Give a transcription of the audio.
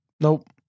Nope